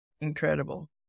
Incredible